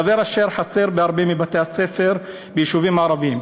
דבר אשר חסר בהרבה מבתי-הספר ביישובים ערביים.